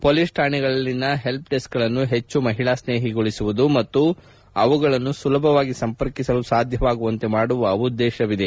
police ರಾಣೆಗಳಲ್ಲಿನ help ಡೆಸ್ಕ್ಗಳನ್ನು ಹೆಚ್ಚು ಮಹಿಳಾ ಸ್ನೇಹಿಗೊಳಿಸುವುದು ಮತ್ತು ಅವುಗಳನ್ನು ಸುಲಭವಾಗಿ ಸಂಪರ್ಕಿಸಲು ಸಾಧ್ಯವಾಗುವಂತೆ ಮಾಡುವ ಉದ್ದೇಶವಿದೆ